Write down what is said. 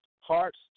Hearts